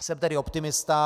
Jsem tedy optimista.